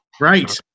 Right